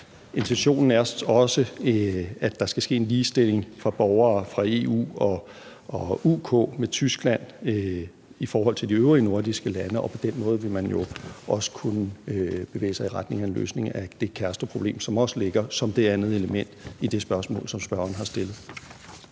Intentionen er også, at der skal ske en ligestilling for borgere fra EU og UK med Tyskland i forhold til de øvrige nordiske lande, og på den måde vil man jo også kunne bevæge sig i retning af en løsning af det kæresteproblem, som også ligger som det andet element i det spørgsmål, som spørgeren har stillet.